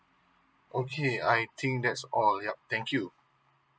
okay I think that's all yeuh thank you